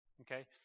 Okay